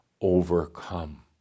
overcome